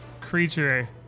creature